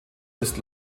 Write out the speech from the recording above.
ist